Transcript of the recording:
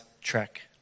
track